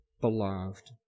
beloved